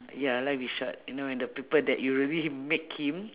ya life is short you know when the people that you really make him